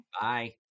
Bye